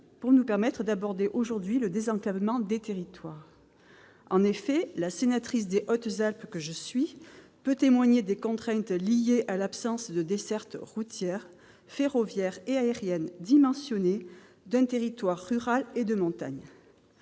de nous permettre d'aborder aujourd'hui la question du désenclavement des territoires. En effet, la sénatrice des Hautes-Alpes que je suis peut témoigner des contraintes liées à l'absence de desserte routière, ferroviaire et aérienne dimensionnée dans un territoire rural et de montagne.